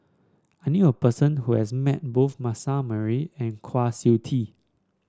I knew a person who has met both Manasseh Meyer and Kwa Siew Tee